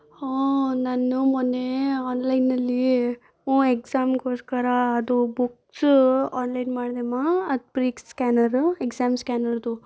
ಹಾಂ ನಾನು ಮೊನ್ನೆ ಆನ್ಲೈನ್ನಲ್ಲಿ ಹ್ಞೂ ಎಕ್ಸಾಮ್ಗೋಸ್ಕರ ಅದು ಬುಕ್ಸು ಆನ್ಲೈನ್ ಮಾಡ್ದೆಮ್ಮ ಅದು ಪ್ರಿಕ್ ಸ್ಕ್ಯಾನರ್ ಎಕ್ಸಾಮ್ ಸ್ಕ್ಯಾನರ್ದು